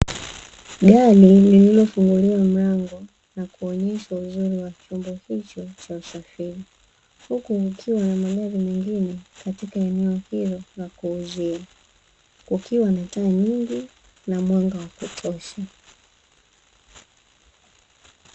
Gari lililofunguliwa mlango na kuonyeshwa uzuri wa chombo hicho cha usafiri, huku kukiwa na magari mengine katika eneo hilo la kuuzia kukiwa na taa nyingi na mwanga wa kutosha.